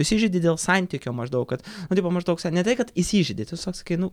įsižeidi dėl santykio maždaug kad nu tipo maždaug kad įsižeidi tiesiog sakai nu